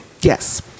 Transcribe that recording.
yes